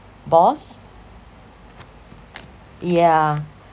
boss yeah